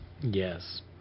yes